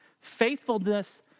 Faithfulness